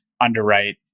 underwrite